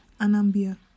Anambia